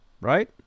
Right